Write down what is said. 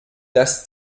das